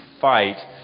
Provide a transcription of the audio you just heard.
fight